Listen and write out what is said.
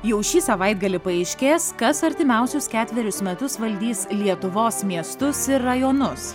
jau šį savaitgalį paaiškės kas artimiausius ketverius metus valdys lietuvos miestus ir rajonus